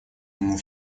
ему